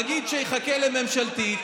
נגיד שיחכה לממשלתית,